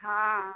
हाँ